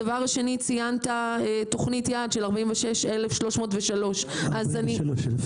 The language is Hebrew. הדבר השני, ציינת תכנית יעד של 43,603, אז